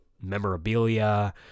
memorabilia